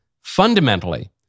fundamentally